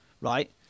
right